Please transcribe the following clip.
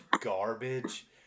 garbage